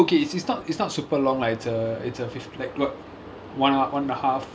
oh okay it's it's not it's not super long lah it's a it's a fift~ like what one hou~ one and a half